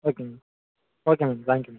okay ma'am okay ma'am thank you ma'am